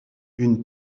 une